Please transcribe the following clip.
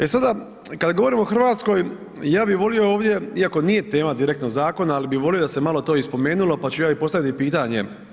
E sada kada govorimo o Hrvatskoj ja bih volio ovdje, iako nije tema direktno zakona, ali bi volio da se to malo i spomenulo pa ću ja postaviti pitanje.